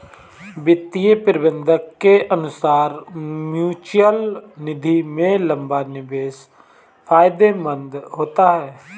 वित्तीय प्रबंधक के अनुसार म्यूचअल निधि में लंबा निवेश फायदेमंद होता है